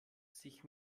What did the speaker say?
sich